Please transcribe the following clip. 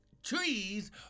Trees